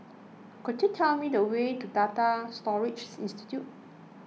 could you tell me the way to Data Storage Institute